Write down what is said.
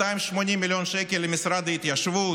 280 מיליון שקל למשרד ההתיישבות,